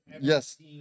Yes